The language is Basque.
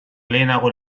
lehenago